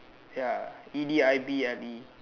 ya E D I B L E